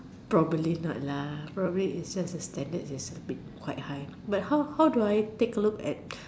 probably not lah probably is just the standard is a bit quite high but how how do I take a look at